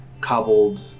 cobbled